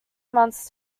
months